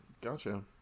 gotcha